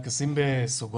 רק אשים בסוגריים.